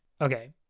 okay